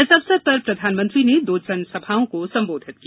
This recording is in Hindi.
इस अवसर पर प्रधानमंत्री ने दो जनसभाओं को संबोधित किया